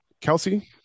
Kelsey